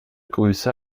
grüße